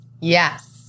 Yes